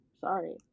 Sorry